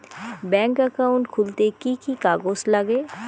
Bank account খুলতে কি কি কাগজ লাগে?